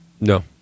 No